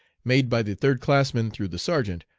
made by the third-classman through the sergeant,